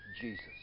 Jesus